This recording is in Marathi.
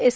एस